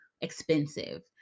expensive